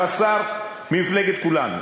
שר האוצר, מירב, הוא השר ממפלגת כולנו.